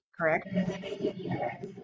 correct